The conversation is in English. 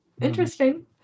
interesting